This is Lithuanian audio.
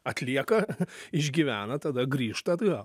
atlieka išgyvena tada grįžta atgal